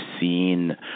seen